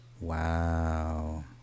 Wow